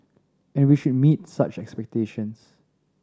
and we should meet such expectations